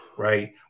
Right